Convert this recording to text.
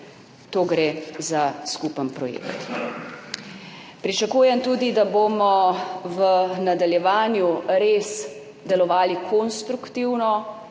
gre za skupen projekt. Pričakujem tudi, da bomo v nadaljevanju res delovali konstruktivno,